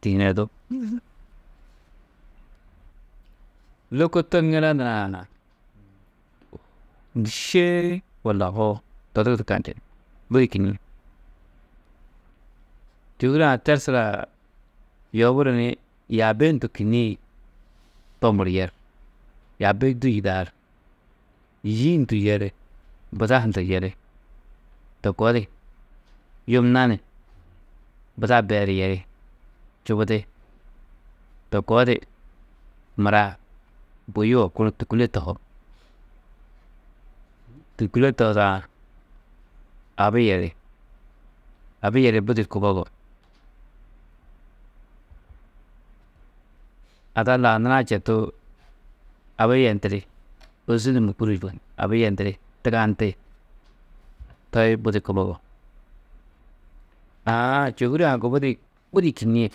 tihinedú. Lôko to ŋila nurã dîšee walla hoo, to di gudi kanjunú, budi kînniĩ, čôhure-ã tersurã yoburu ni yaabi hundu kînniĩ tomuru yer. Yaabi-ĩ du yûdaar, yî hundu yeri, buda hunda yeri, to koo di yum nani buda beeru yeri, čubudi, to koo di mura buyuo, kunu tûkule tohoo. Tûkule tohudã, abi yeri, abi yeri budi kubogo. Ada lau nurã četu abi yendiri, ôze du mûkuru abi yendiri, tigandi, toi budi kubogo. Aã čôhure-ã gubudi budi kînnie.